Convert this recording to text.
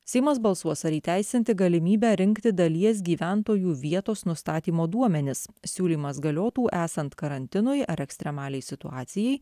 seimas balsuos ar įteisinti galimybę rinkti dalies gyventojų vietos nustatymo duomenis siūlymas galiotų esant karantinui ar ekstremaliai situacijai